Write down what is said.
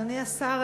אדוני השר,